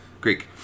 Greek